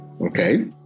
okay